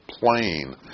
plane